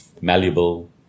malleable